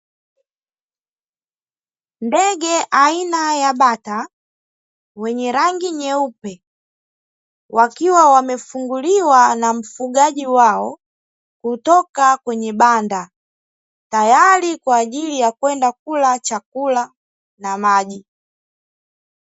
Ndege aina ya bata wenye rangi nyeupe, wakiwa wamefunguliwa na mfugaji wao kutoka kwenye banda tayari kwa ajili ya kwenda kula chakula na maji.